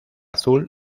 azul